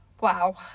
wow